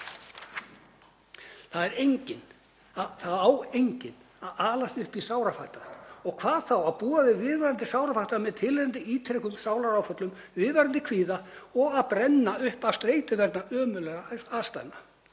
barna. Það á enginn að alast upp í sárafátækt og hvað þá að búa við viðvarandi sárafátækt með tilheyrandi ítrekuðum sálaráföllum, viðvarandi kvíða og að brenna upp af streitu vegna ömurlegra aðstæðna.